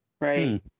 right